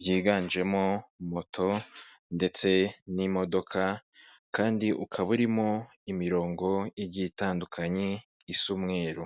byiganjemo moto ndetse n'imodoka kandi ukaba urimo imirongo igiye itandukanye isa umweru.